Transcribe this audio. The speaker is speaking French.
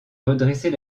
redresser